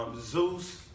Zeus